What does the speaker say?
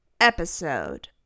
episode